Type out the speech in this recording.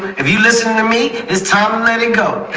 have you listen to me is tom letting go?